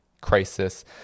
crisis